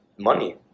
Money